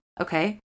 okay